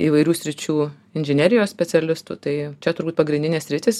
įvairių sričių inžinerijos specialistų tai čia turbūt pagrindinės sritys